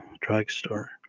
drugstore